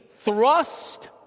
thrust